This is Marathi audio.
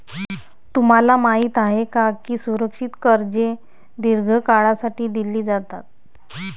तुम्हाला माहित आहे का की सुरक्षित कर्जे दीर्घ काळासाठी दिली जातात?